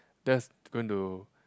that's going to